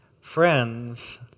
Friends